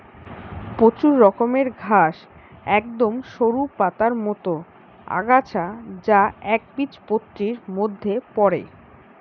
প্রচুর রকমের ঘাস একদম সরু পাতার মতন আগাছা যা একবীজপত্রীর মধ্যে পড়ে